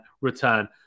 return